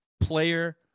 player